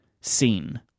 seen